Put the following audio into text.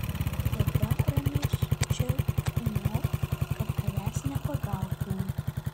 tada ramiai čia tūnok kad tavęs nepagautų